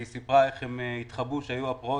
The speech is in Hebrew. היא סיפרה איך הם התחבאו כשהיו הפרעות.